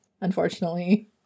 unfortunately